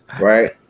right